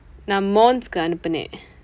நான்:naan mons-ku அனுப்பினேன்:anuppineen